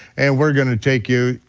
and we're gonna take you,